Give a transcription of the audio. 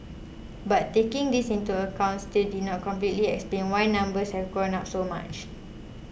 but taking this into account still did not completely explain why numbers have gone up so much